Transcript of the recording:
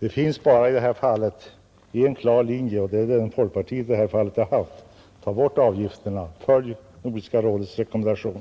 Det finns i detta fall bara en klar linje, och det är den som folkpartiet har haft: Tag bort avgifterna, följ Nordiska rådets rekommendation!